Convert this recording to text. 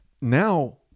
now